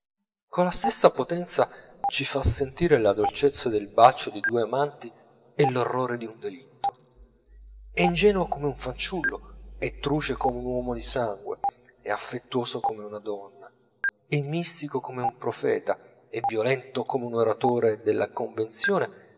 stupore colla stessa potenza ci fa sentire la dolcezza del bacio di due amanti e l'orrore di un delitto è ingenuo come un fanciullo è truce come un uomo di sangue è affettuoso come una donna è mistico come un profeta è violento come un oratore della convenzione